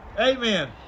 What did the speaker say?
amen